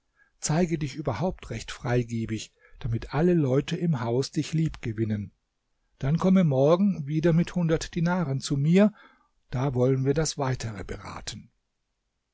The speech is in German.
zeige dich überhaupt recht freigebig damit alle leute im hause dich lieb gewinnen dann komme morgen wieder mit hundert dinaren zu mir da wollen wir das weitere beraten